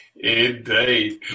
Indeed